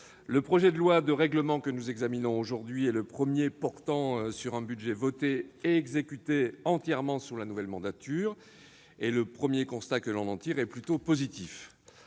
le projet de loi de règlement que nous examinons aujourd'hui est le premier portant sur un budget voté et exécuté entièrement sous la nouvelle mandature. Le premier constat que l'on en tire est plutôt positif